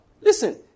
Listen